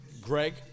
Greg